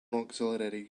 auxiliary